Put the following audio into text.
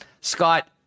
Scott